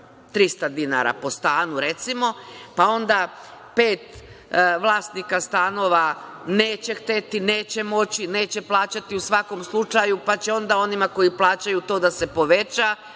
300,00 dinara po stanu, pa onda pet vlasnika stanova neće hteti, neće moći, neće plaćati, u svakom slučaju, pa će onda onima koji plaćaju to da se poveća